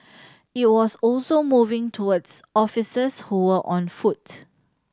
it was also moving towards officers who were on foot